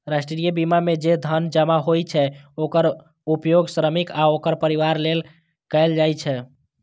राष्ट्रीय बीमा मे जे धन जमा होइ छै, ओकर उपयोग श्रमिक आ ओकर परिवार लेल कैल जाइ छै